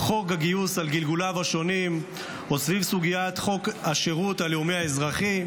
חוק הגיוס על גלגוליו השונים או סביב סוגיית חוק השירות הלאומי-אזרחי,